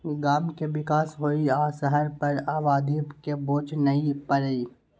गांव के विकास होइ आ शहर पर आबादी के बोझ नइ परइ